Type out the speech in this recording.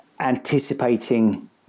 anticipating